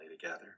together